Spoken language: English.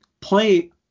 play